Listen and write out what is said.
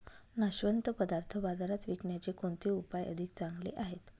नाशवंत पदार्थ बाजारात विकण्याचे कोणते उपाय अधिक चांगले आहेत?